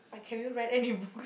like can have you read any books